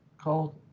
called